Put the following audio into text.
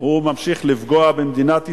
הוא ממשיך לפגוע במדינת ישראל,